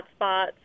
hotspots